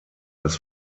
das